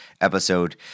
episode